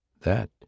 That